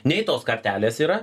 nei tos kartelės yra